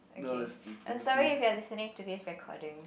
okay I'm sorry if you're listening to this recording